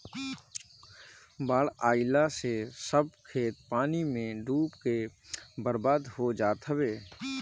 बाढ़ आइला से सब खेत पानी में डूब के बर्बाद हो जात हवे